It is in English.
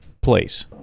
place